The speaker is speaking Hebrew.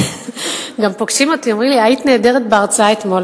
גם פוגשים אותי אומרים לי: היית נהדרת בהרצאה אתמול,